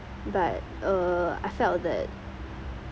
but uh I felt that